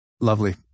Lovely